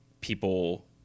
people